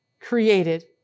created